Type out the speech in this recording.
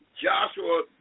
Joshua